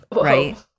Right